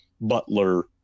Butler